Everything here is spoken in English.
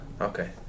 Okay